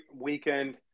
weekend